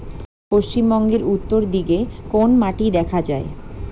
পশ্চিমবঙ্গ উত্তর দিকে কোন মাটি দেখা যায়?